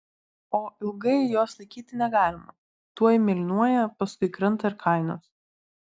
o ilgai jos laikyti negalima tuoj mėlynuoja paskui krenta ir kainos